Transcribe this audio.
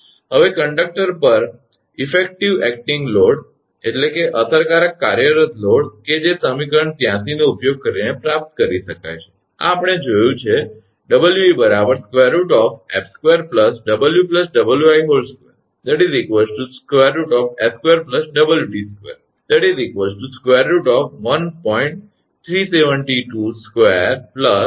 હવે કંડક્ટર પર અસરકારક કાર્યરત લોડ કે જે સમીકરણ 83 નો ઉપયોગ કરીને પ્રાપ્ત કરી શકાય છે આ આપણે જોયું છે 𝑊𝑒 √𝐹2 𝑊 𝑊𝑖2 √𝐹2 𝑊𝑇2 √1